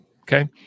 Okay